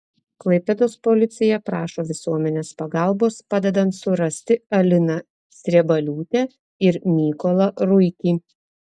klaipėdos policija prašo visuomenės pagalbos padedant surasti aliną sriebaliūtę ir mykolą ruikį